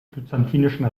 byzantinischen